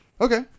Okay